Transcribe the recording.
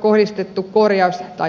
kohdistettu korjaus tai huoltotoimenpiteitä